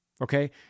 Okay